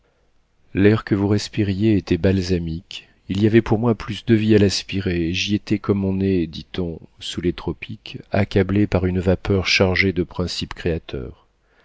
l'air que vous respiriez était balsamique il y avait pour moi plus de vie à l'aspirer et j'y étais comme on est dit-on sous les tropiques accablé par une vapeur chargée de principes créateurs